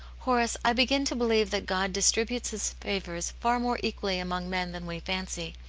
horace, i begin to believe that god distributes his favours far more equally among men than we fancy.